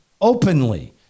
openly